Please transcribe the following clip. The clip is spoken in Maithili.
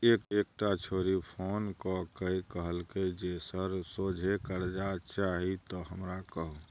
एकटा छौड़ी फोन क कए कहलकै जे सर सोझे करजा चाही त हमरा कहु